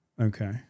okay